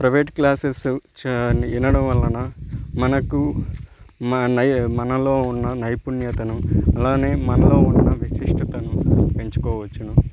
private classes వినడం వలన మనకు మ నై మనలో ఉన్న నైపుణ్యతను అలానే మనలో ఉన్న విశిష్టతను పెంచుకోవచ్చును